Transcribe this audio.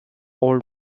old